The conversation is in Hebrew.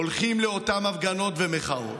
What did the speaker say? הולכים לאותן הפגנות ומחאות,